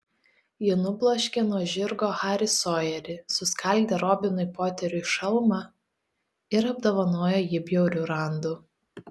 ji nubloškė nuo žirgo harį sojerį suskaldė robinui poteriui šalmą ir apdovanojo jį bjauriu randu